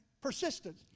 persistence